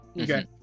Okay